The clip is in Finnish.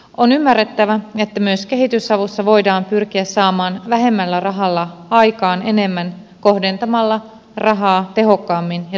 on ymmärrettävä että myös kehitysavussa voidaan pyrkiä saamaan vähemmällä rahalla aikaan enemmän kohdentamalla rahaa tehokkaammin ja tuloksellisemmin